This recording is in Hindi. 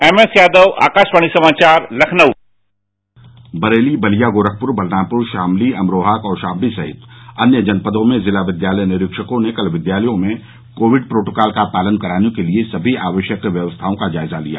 एमएस यादव आकाशवाणी समाचार लखनऊ बरेली बलिया गोरखपुर बलरामपुर शामली अमरोहा कौशाम्बी सहित अन्य जनपदों में जिला विद्यालय निरीक्षकों ने कल विद्यालयों में कोविड प्रोटोकाल का पालन कराने के लिये सभी आवश्यक व्यवस्थाओं का जायजा लिया